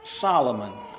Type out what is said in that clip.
Solomon